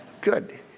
good